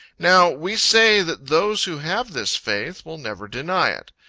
now we say that those who have this faith, will never deny it.